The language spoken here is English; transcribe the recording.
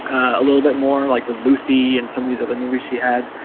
a little bit more like with lucy and some of these other movies she had